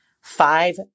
five